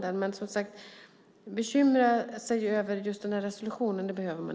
Men man behöver som sagt inte bekymra sig över just den här resolutionen.